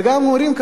וגם מורים,